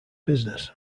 business